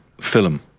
film